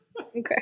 Okay